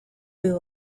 uyu